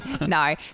No